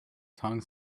tongue